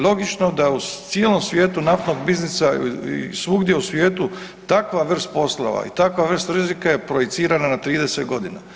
Logično da u cijelom svijetu naftnog biznisa i svugdje u svijetu takva vrst poslova i takva vrst rizika je projicirana na 30 godina.